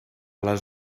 les